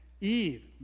Eve